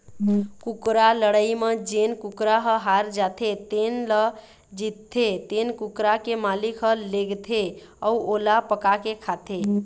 कुकरा लड़ई म जेन कुकरा ह हार जाथे तेन ल जीतथे तेन कुकरा के मालिक ह लेगथे अउ ओला पकाके खाथे